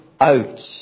out